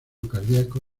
cardíaco